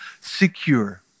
secure